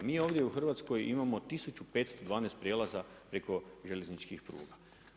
Mi ovdje u Hrvatskoj imamo 1512 prijelaza preko željezničkih pruga.